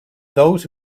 those